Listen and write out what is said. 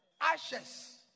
Ashes